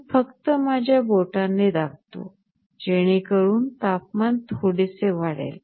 मी फक्त माझ्या बोटाने दाबतो जेणेकरून तापमान थोडेसे वाढेल